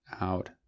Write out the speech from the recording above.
out